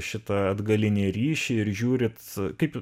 šitą atgalinį ryšį ir žiūrit kaip